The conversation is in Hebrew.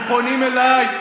כשהם פונים אליי,